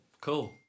Cool